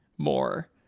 more